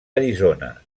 arizona